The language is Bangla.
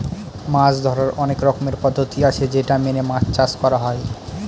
মাছ ধরার অনেক রকমের পদ্ধতি আছে যেটা মেনে মাছ চাষ করা হয়